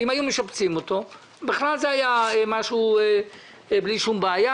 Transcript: אם היו משפצים אותו בכלל זה היה משהו בלי שום בעיה,